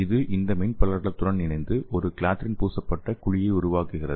இது இந்த மென்படலத்துடன் இணைந்து ஒரு கிளாத்ரின் பூசப்பட்ட குழியை உருவாக்குகிறது